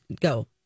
go